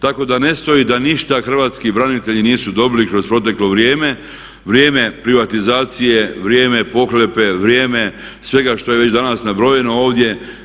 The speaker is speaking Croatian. Tako da ne stoji da ništa hrvatski branitelji nisu dobili kroz proteklo vrijeme, vrijeme privatizacije, vrijeme pohlepe, vrijeme svega što je već danas nabrojano ovdje.